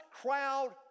crowd